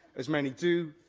as many do,